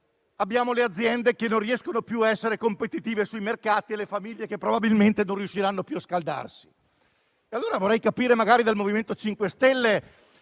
però, le aziende non riescono più a essere competitive sui mercati e le famiglie probabilmente non riusciranno più a scaldarsi. Vorrei capire dal MoVimento 5 Stelle